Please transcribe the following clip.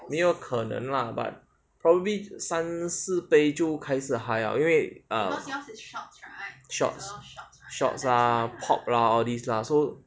没有可能啦 but probably 三四杯就开始 high 了因为 um shots shots ah pot ah all these lah so